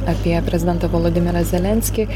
apie prezidentą volodymirą zelenskį